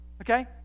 okay